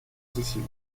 cécile